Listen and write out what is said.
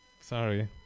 Sorry